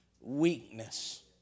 weakness